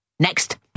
Next